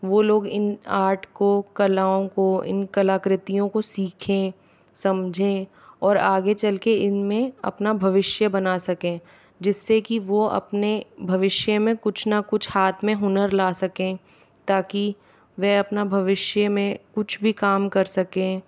वो लोग इन आर्ट को कलाओं को इन कलाकृतियों को सीखें समझें और आगे चल के इनमें अपना भविष्य बना सकें जिस से कि वो अपने भविष्य में कुछ ना कुछ हाथ में हुनर ला सकें ताकि वह अपना भविष्य में कुछ भी काम कर सकें